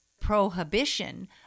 prohibition